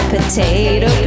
Potato